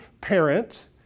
parent